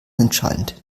entscheidend